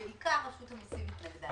אבל בעיקר רשות המיסים התנגדה לזה.